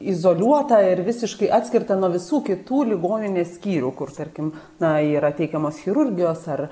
izoliuotą ir visiškai atskirtą nuo visų kitų ligoninės skyrių kur tarkim na yra teikiamos chirurgijos ar